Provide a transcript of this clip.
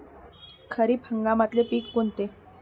खरीप हंगामातले पिकं कोनते?